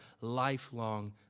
lifelong